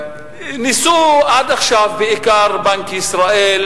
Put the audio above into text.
ניסו עד עכשיו, בעיקר בנק ישראל,